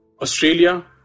Australia